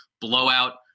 blowout